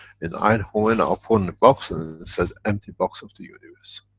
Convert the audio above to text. in eindhoven, i opened the box and it said empty box of the universe.